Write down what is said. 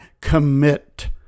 commit